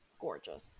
gorgeous